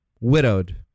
widowed